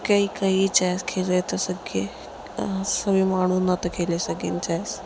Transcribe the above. छोकी कोई कोई चेस खेॾे थो सघे सभी माण्हू न था खेॾे सघनि चेस